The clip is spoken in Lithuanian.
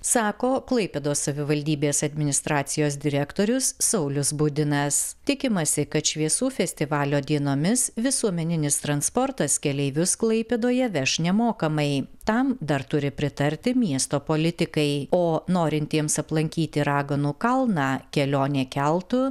sako klaipėdos savivaldybės administracijos direktorius saulius budinas tikimasi kad šviesų festivalio dienomis visuomeninis transportas keleivius klaipėdoje veš nemokamai tam dar turi pritarti miesto politikai o norintiems aplankyti raganų kalną kelionė keltu